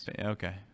Okay